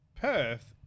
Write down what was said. Perth